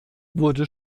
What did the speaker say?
wurde